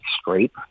scrape